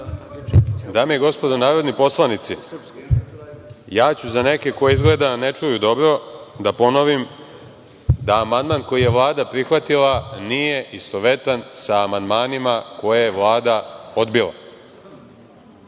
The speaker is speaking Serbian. Dame i gospodo narodni poslanici, ja ću za neke koji izgleda ne čuju dobro da ponovim da amandman koji je Vlada prihvatila nije istovetan sa amandmanima koje je Vlada odbila.A